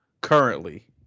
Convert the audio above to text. Currently